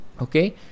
okay